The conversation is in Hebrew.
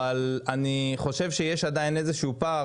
אבל אני חושב שיש עדיין איזה שהוא פער